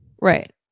right